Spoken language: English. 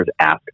ask